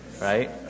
right